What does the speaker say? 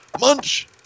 munch